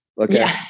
Okay